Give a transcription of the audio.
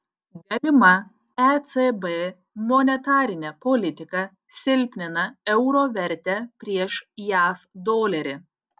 galima ecb monetarinė politika silpnina euro vertę prieš jav dolerį